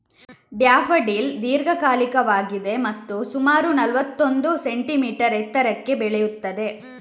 daffodil ದೀರ್ಘಕಾಲಿಕವಾಗಿದೆ ಮತ್ತು ಸುಮಾರು ನಲ್ವತ್ತೊಂದು ಸೆಂಟಿಮೀಟರ್ ಎತ್ತರಕ್ಕೆ ಬೆಳೆಯುತ್ತದೆ